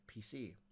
PC